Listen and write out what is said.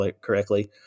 correctly